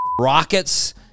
rockets